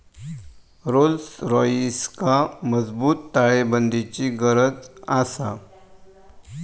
Rolls रॉइसका मजबूत ताळेबंदाची गरज आसा